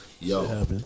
Yo